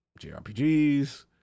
JRPGs